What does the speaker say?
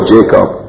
Jacob